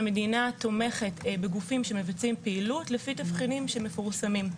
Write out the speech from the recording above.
המדינה תומכת בגופים שמבצעים פעילות לפי תבחינים שמפורסמים.